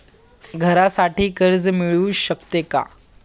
घरासाठी कर्ज मिळू शकते का?